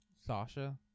Sasha